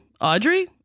Audrey